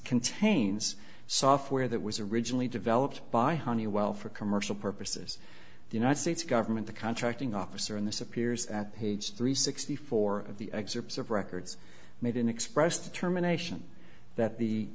contains software that was originally developed by honeywell for commercial purposes the united states government the contracting officer in this appears at page three sixty four of the excerpts of records made in express to terminations that the